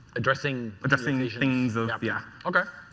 addressing addressing things of yeah. okay.